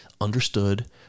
understood